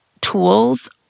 tools